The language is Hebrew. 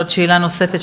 עוד שאלה נוספת,